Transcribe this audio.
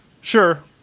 Sure